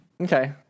Okay